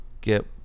get